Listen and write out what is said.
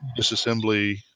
disassembly